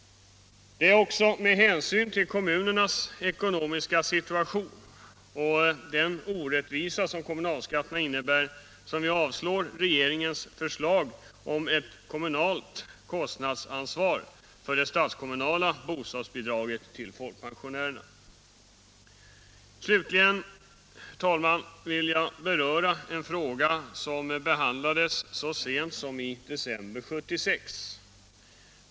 Det är också med hänsyn till kommunernas ekonomiska situation och den orättvisa som kommunalskatterna innebär som vi yrkar avslag på regeringens förslag om kommunalt kostnadsansvar för det statskommunala bostadsbidraget till folkpensionärer. Slutligen, herr talman, vill jag beröra en fråga som behandlades så sent som i december 1976.